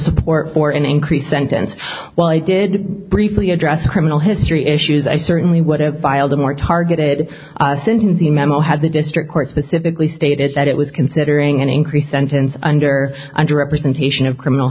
support for an increased sense well i did briefly address criminal history issues i certainly would have filed a more targeted sentencing memo had the district court specifically stated that it was considering an increase in tents under under representation of criminal